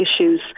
issues